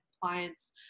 clients